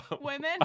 women